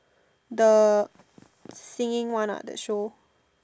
the singing one ah that show